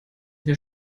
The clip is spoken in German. mir